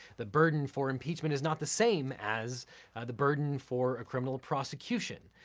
the burden for impeachment is not the same as the burden for a criminal prosecution.